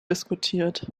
diskutiert